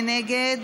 מי נגד?